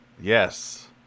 Yes